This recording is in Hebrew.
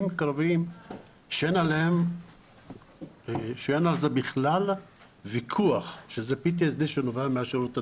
קרביים שאין על זה בכלל ויכוח שזה PTSD שנובע מהשירות הצבאי.